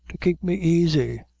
to kape me aisy!